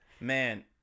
Man